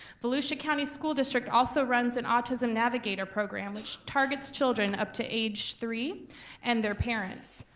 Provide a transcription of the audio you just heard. volusia county school district also runs an autism navigator program which targets children up to age three and their parents.